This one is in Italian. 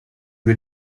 due